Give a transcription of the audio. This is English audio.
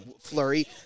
Flurry